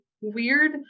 weird